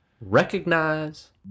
recognize